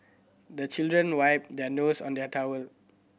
the children wipe their nose on their towel